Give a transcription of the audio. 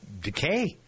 decay